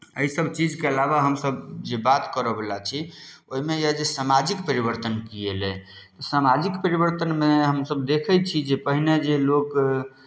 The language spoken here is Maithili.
एहिसभ चीजके अलावा हमसभ जे बात करयवला छी ओहिमे यए जे सामाजिक परिवर्तन की अयलै सामाजिक परिवर्तनमे हमसभ देखै छी जे पहिने जे लोक